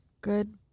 Good